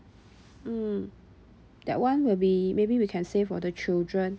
mm that one will be maybe we can save for the children